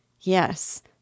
Yes